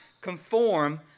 conform